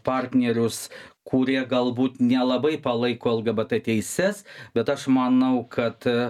partnerius kurie galbūt nelabai palaiko lgbt teises bet aš manau kad